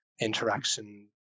interaction